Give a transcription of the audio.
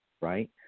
Right